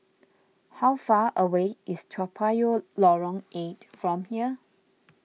how far away is Toa Payoh Lorong eight from here